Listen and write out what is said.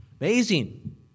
Amazing